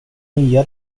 nya